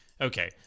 Okay